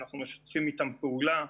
אנחנו משתפים איתם פעולה.